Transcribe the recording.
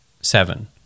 seven